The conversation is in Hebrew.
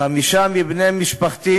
חמישה מבני משפחתי